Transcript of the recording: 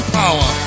power